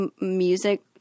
music